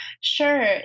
Sure